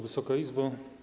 Wysoka Izbo!